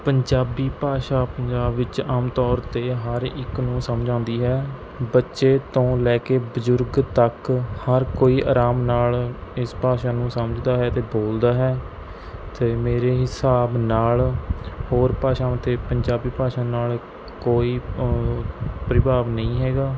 ਪੰਜਾਬੀ ਭਾਸ਼ਾ ਪੰਜਾਬ ਵਿੱਚ ਆਮ ਤੌਰ 'ਤੇ ਹਰ ਇੱਕ ਨੂੰ ਸਮਝ ਆਉਂਦੀ ਹੈ ਬੱਚੇ ਤੋਂ ਲੈ ਕੇ ਬਜ਼ੁਰਗ ਤੱਕ ਹਰ ਕੋਈ ਆਰਾਮ ਨਾਲ਼ ਇਸ ਭਾਸ਼ਾ ਨੂੰ ਸਮਝਦਾ ਹੈ ਅਤੇ ਬੋਲਦਾ ਹੈ ਅਤੇ ਮੇਰੇ ਹਿਸਾਬ ਨਾਲ਼ ਹੋਰ ਭਾਸ਼ਾਵਾਂ ਅਤੇ ਪੰਜਾਬੀ ਭਾਸ਼ਾ ਨਾਲ਼ ਕੋਈ ਪ੍ਰਭਾਵ ਨਹੀਂ ਹੈਗਾ